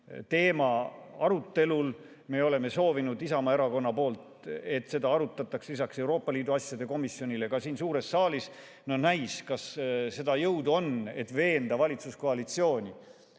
arutelul. Me oleme soovinud Isamaa Erakonnas, et seda arutataks lisaks Euroopa Liidu asjade komisjonile ka siin suures saalis. Näis, kas on seda jõudu, et veenda valitsuskoalitsiooni,